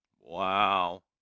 Wow